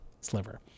sliver